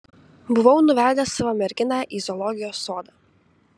buvau nuvedęs savo merginą į zoologijos sodą